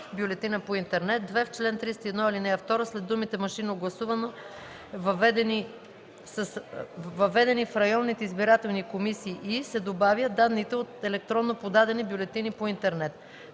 бюлетина по интернет.“ 2. В чл. 301, ал. 2 след думите „машинно гласуване, въведени в районните избирателни комисии и“ се добавя „данните от електронно подадени бюлетини по интернет.“